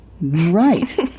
Right